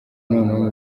noneho